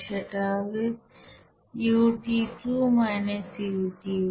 সেটা হবে Ut2 - Ut1